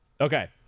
okay